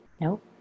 Nope